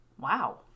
Wow